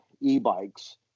e-bikes